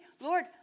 Lord